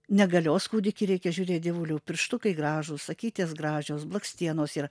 negalios kūdikį reikia žiūrėt dievuliau pirštukai gražūs akytės gražios blakstienos yra